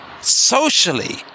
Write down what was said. Socially